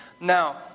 Now